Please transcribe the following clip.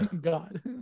God